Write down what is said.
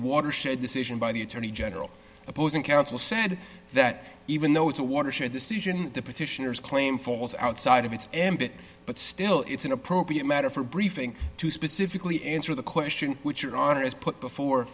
watershed decision by the attorney general opposing counsel said that even though it's a watershed decision the petitioners claim falls outside of its ambit but still it's an appropriate matter for briefing to specifically answer the question which your honor is put before